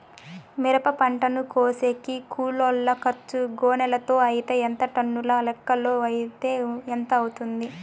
మిరప పంటను కోసేకి కూలోల్ల ఖర్చు గోనెలతో అయితే ఎంత టన్నుల లెక్కలో అయితే ఎంత అవుతుంది?